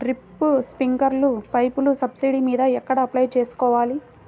Drip, స్ప్రింకర్లు పైపులు subsidy మీద ఎక్కడ అప్లై చేసుకోవాలి?